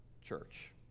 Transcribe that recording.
church